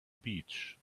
beach